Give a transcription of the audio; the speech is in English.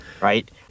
right